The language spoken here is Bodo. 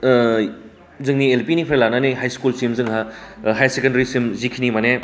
ओ जोंनि एल पि निफ्राय लानानै हाइस्कुलसिम जोंहा हाइयार सेकेन्डारिसिम जिखिनि माने